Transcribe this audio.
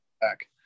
back